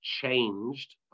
changed